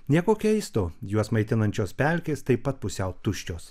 nieko keisto juos maitinančios pelkės taip pat pusiau tuščios